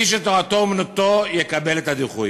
מי שתורתו אומנותו, יקבל את הדיחוי.